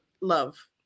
love